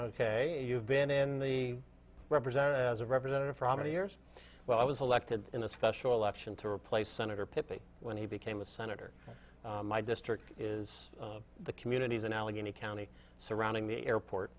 ok you've been in the represent as a representative from many years when i was elected in a special election to replace senator pippy when he became a senator my district is the communities in allegheny county surrounding the airport